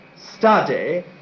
study